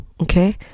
okay